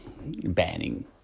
banning